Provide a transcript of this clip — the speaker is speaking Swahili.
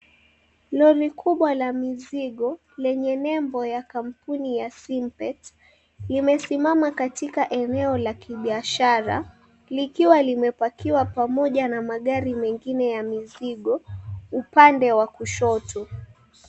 Lori kubwa la mizigo lenye nembo ya kampuni ya Simpet limesimama katika eneo la kibiashara likiwa limepakiwa pamoja na magari mengine ya mizigo upande wa kushoto.